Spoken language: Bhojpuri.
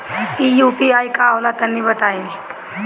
इ यू.पी.आई का होला तनि बताईं?